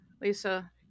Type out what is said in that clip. Lisa